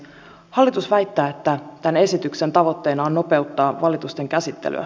hallitus väittää että tämän esityksen tavoitteena on nopeuttaa valitusten käsittelyä